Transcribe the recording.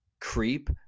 creep